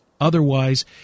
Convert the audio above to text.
otherwise